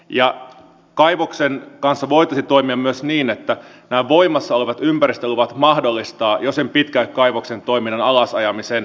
ja kaivoksen kanssa voitaisiin toimia myös niin että nämä voimassa olevat ympäristöluvat mahdollistavat jo sen kaivoksen toiminnan alasajamisen